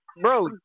bro